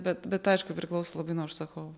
bet bet aišku priklauso labai nuo užsakovo